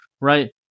right